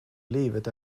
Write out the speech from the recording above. livet